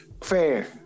Fair